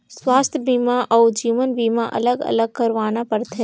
स्वास्थ बीमा अउ जीवन बीमा अलग अलग करवाना पड़थे?